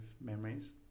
memories